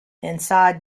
inside